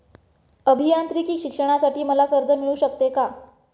अभियांत्रिकी शिक्षणासाठी मला कर्ज मिळू शकते का?